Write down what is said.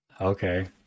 okay